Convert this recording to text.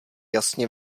jasně